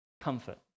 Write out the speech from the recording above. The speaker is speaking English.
comfort